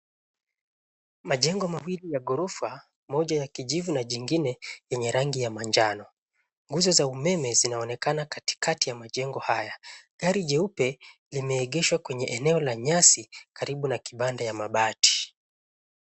Majengo mawili ya gorofa, moja ya kijivu na jingine yenye rangi ya manjano. Nguzo za umeme zinaonekana katikati ya majengo haya. Gari nyeupe limeegeshwa kwenye eneo la nyasi karibu na kibanda ya mabati.